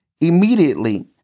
Immediately